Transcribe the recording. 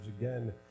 again